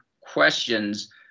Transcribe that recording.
questions